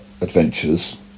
adventures